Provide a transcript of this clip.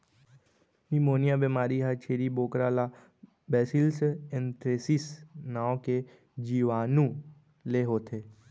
pneumonia बेमारी ह छेरी बोकरा ला बैसिलस एंथ्रेसिस नांव के जीवानु ले होथे